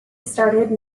started